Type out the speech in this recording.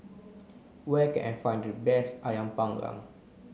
where can I find the best Ayam panggang